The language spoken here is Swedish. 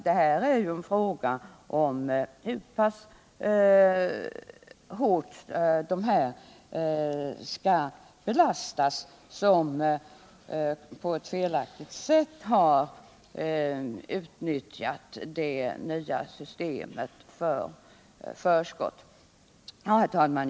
Det här är en fråga om hur pass hårt de skall belastas som på ett felaktigt sätt har utnyttjat det nya systemet för förskott. Herr talman!